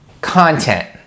content